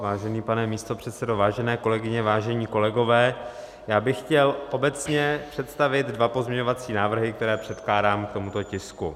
Vážený pane místopředsedo, vážené kolegyně, vážení kolegové, chtěl bych obecně představit dva pozměňovací návrhy, které předkládám k tomuto tisku.